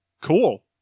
Cool